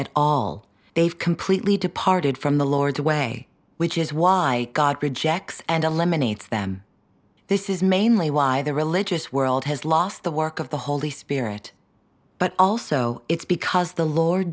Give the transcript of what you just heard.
at all they've completely departed from the lord's way which is why god rejects and eliminates them this is mainly why the religious world has lost the work of the holy spirit but also it's because the lord